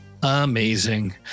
Amazing